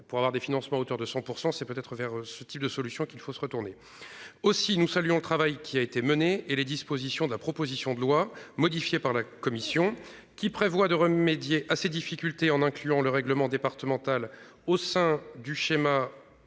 pour avoir des financements à hauteur de 100%. C'est peut être vers ce type de solution qu'il faut se retourner aussi. Nous saluons le travail qui a été menée et les dispositions de la proposition de loi modifié par la Commission, qui prévoit de remédier à ces difficultés en incluant le règlement départemental au sein du schéma.